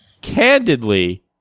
candidly